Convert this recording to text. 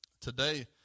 Today